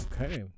Okay